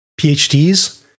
PhDs